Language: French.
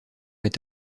est